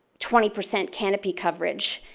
twenty percent canopy coverage,